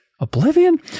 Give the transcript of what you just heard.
oblivion